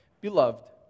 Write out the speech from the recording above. Beloved